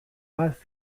bat